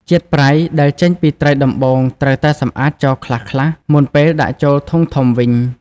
ជាតិប្រៃ ដែលចេញពីត្រីដំបូងត្រូវតែសម្អាតចោលខ្លះៗមុនពេលដាក់ចូលធុងធំវិញ។